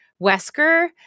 wesker